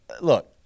look